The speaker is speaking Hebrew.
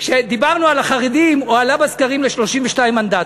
כשדיברנו על החרדים הוא עלה בסקרים ל-32 מנדטים.